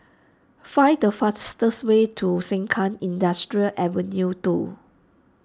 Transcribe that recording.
find the fastest way to Sengkang Industrial Avenue two